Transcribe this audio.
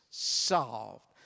solved